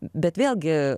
bet vėlgi